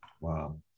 Wow